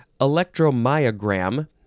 Electromyogram